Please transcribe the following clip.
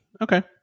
Okay